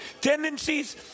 tendencies